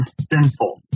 sinful